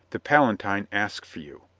the palatine asks for you.